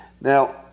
Now